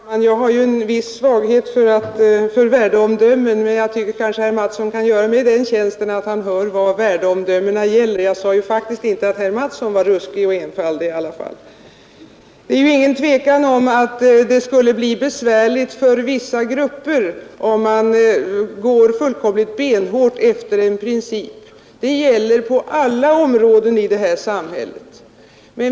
Herr talman! Jag har ju en viss svaghet för värdeomdömen, men jag tycker kanske att herr Mattsson kan göra mig den tjänsten att han hör efter vad värdeomdömena gäller — jag sade faktiskt inte att herr Mattsson var ruskig och enfaldig. Det råder inget tvivel om att det skulle bli besvärligt för vissa grupper om man gick fullkomligt benhårt efter en princip. Det gäller på alla områden i det här samhället.